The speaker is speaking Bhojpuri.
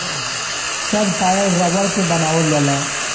सब टायर रबड़ के बनावल जाला